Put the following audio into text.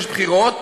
כשיש בחירות,